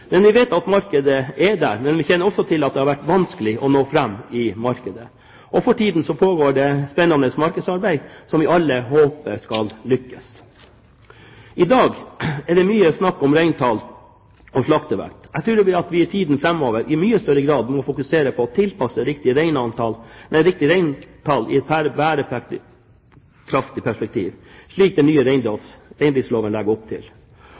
men vi kjenner også til at det har vært vanskelig å nå fram i markedet. For tiden pågår det et spennende markedsarbeid som vi alle håper skal lykkes. I dag er det mye snakk om reintall og slaktevekt. Jeg tror at vi i tiden framover i mye større grad må fokusere på å tilpasse riktig reintall i et bærekraftig perspektiv, slik den nye reindriftsloven legger opp til.